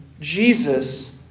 Jesus